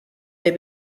they